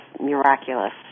miraculous